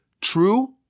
true